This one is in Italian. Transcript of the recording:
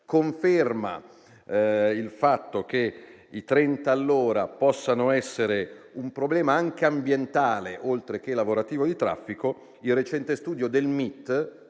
conferma il fatto che i 30 all'ora possano essere un problema anche ambientale, oltre che lavorativo di traffico, in base al recente studio del MIT,